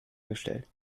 gestellt